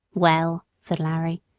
well, said larry,